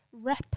rep